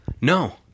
No